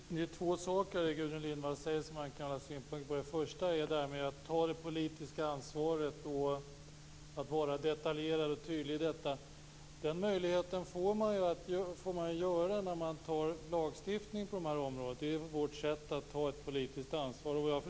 Herr talman! Det är två saker som Gudrun Lindvall säger som jag har synpunkter på. Det första gäller detta att ta det politiska ansvaret och att vara detaljerad och tydlig i detta. Den möjligheten har man när man antar lagstiftning på det här området. Det är vårt sätt att ta ett politiskt ansvar.